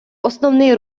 основний